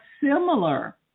similar